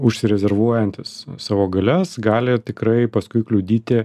užsirezervuojantys savo galias gali tikrai paskui kliudyti